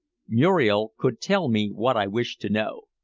muriel could tell me what i wished to know.